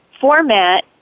format